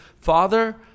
Father